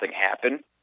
happen